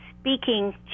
speaking